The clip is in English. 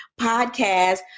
podcast